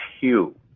hue